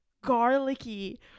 garlicky